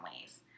ways